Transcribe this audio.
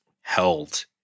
held